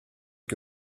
que